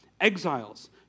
exiles